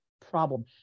problem